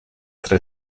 tre